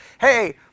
hey